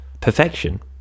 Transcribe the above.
perfection